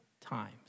times